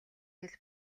хэл